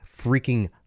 freaking